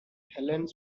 helene